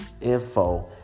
info